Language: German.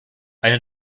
eine